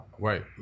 Right